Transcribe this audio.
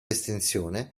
estensione